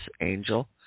angel